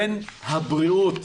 בין הבריאות,